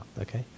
Okay